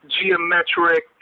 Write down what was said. geometric